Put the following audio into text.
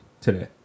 today